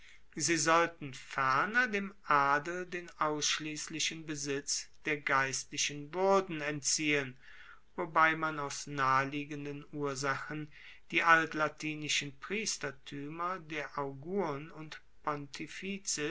sie sollten ferner dem adel den ausschliesslichen besitz der geistlichen wuerden entziehen wobei man aus naheliegenden ursachen die altlatinischen priestertuemer der augurn und